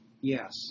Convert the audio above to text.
Yes